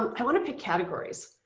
ah i want to pick categories.